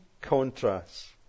contrasts